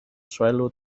swallow